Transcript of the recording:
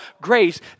grace